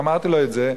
ואמרתי לו את זה,